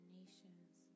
nations